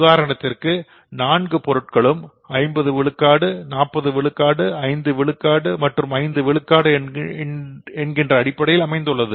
உதாரணத்திற்காக நான்கு பொருட்களும் 50 விழுக்காடு 40 விழுக்காடு 5 விழுக்காடு மற்றும் 5 விழுக்காடு என்கின்ற அடிப்படையில் அமைந்துள்ளது